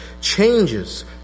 Changes